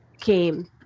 came